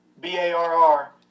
B-A-R-R